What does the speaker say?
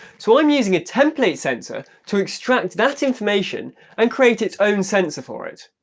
so i'm using a template sensor to extract that information and create its own sensor for it.